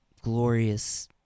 glorious